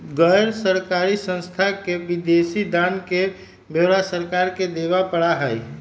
गैर लाभकारी संस्था के विदेशी दान के ब्यौरा सरकार के देवा पड़ा हई